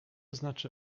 znaczy